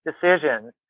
decisions